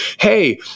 Hey